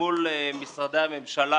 מול משרדי הממשלה